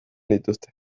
dituzte